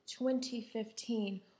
2015